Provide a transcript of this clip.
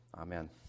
Amen